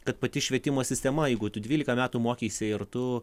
kad pati švietimo sistema jeigu tu dvylika metų mokeisi ir tu